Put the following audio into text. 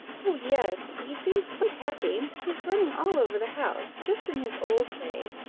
oh, yes! he seems quite happy he is running all over the house, just in his old way,